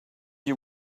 you